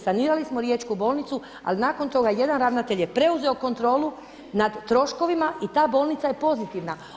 Sanirali smo riječku bolnicu, ali nakon toga jedan ravnatelj je preuzeo kontrolu nad troškovima i ta bolnica je pozitivna.